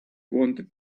wanted